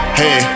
hey